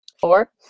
four